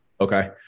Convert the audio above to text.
Okay